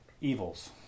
evils